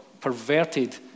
perverted